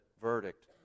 verdict